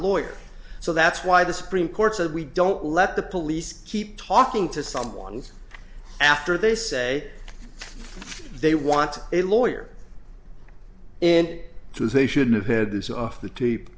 lawyer so that's why the supreme court said we don't let the police keep talking to someone's after they say they want a lawyer and it was they should have had this off the